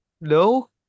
No